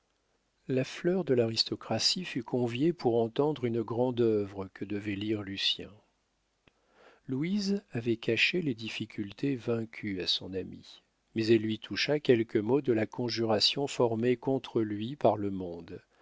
la fleur de l'aristocratie fut conviée pour entendre une grande œuvre que devait lire lucien louise avait caché les difficultés vaincues à son ami mais elle lui toucha quelques mots de la conjuration formée contre lui par le monde